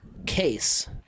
Case